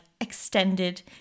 extended